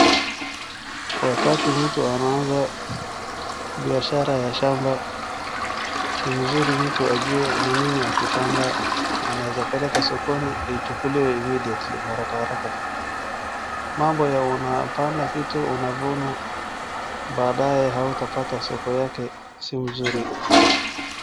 Wakati mtu anaanza biashara ya shamba, ni mzuri mtu ajue ni nini akipanda anaweza peleka sokoni ichukuliwe immediately harakaharaka. Mambo ya kupanda kitu, unavuna baadae hautapata soko yake si mzuri.